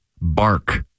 bark